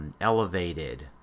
elevated